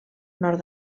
nord